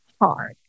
hard